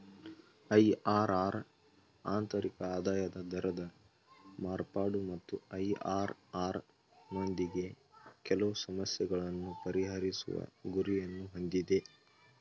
IRR ಆಂತರಿಕ ಆದಾಯದ ದರದ ಮಾರ್ಪಾಡು ಮತ್ತು ಐ.ಆರ್.ಆರ್ ನೊಂದಿಗೆ ಕೆಲವು ಸಮಸ್ಯೆಗಳನ್ನು ಪರಿಹರಿಸುವ ಗುರಿಯನ್ನು ಹೊಂದಿದೆ